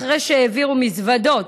אחרי שהעבירו מזוודות,